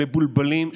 מבולבלים,